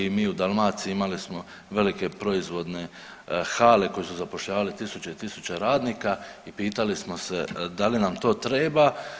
I mi u Dalmaciji imali smo velike proizvodne hale koje su zapošljavale tisuće i tisuće radnika i pitali smo se da li nam to treba.